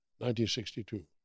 1962